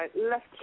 left